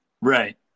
Right